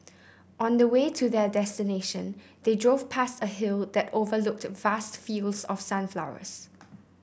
on the way to their destination they drove past a hill that overlooked vast fields of sunflowers